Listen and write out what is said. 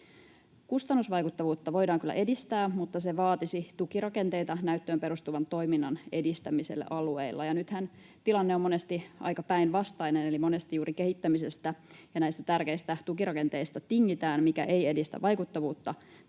Kustannusvaikuttavuutta voidaan kyllä edistää, mutta se vaatisi tukirakenteita näyttöön perustuvan toiminnan edistämiselle alueilla. Nythän tilanne on monesti aika päinvastainen, eli monesti juuri kehittämisestä ja näistä tärkeistä tukirakenteista tingitään, mikä ei edistä vaikuttavuutta